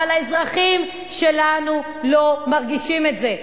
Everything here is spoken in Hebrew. אבל האזרחים שלנו לא מרגישים את זה.